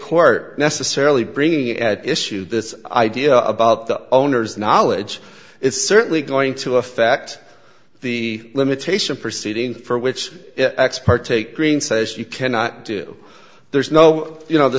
court necessarily bringing at issue this idea about the owner's knowledge is certainly going to affect the limitation proceeding for which expert take greene says you cannot do there's no you know the